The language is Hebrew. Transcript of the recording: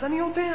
אז אני יודע,